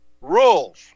rules